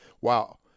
wow